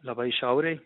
labai šiaurėj